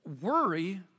worry